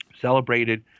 celebrated